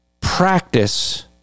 practice